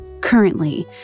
Currently